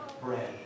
bread